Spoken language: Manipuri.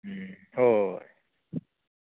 ꯎꯝ ꯍꯣꯏ ꯍꯣꯏ ꯍꯣꯏ